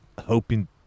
hoping